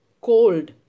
cold